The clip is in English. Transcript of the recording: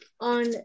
on